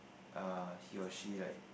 uh he or she like